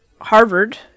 Harvard